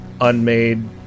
unmade